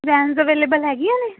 vans available ਹੈਗੀਆਂ ਨੇ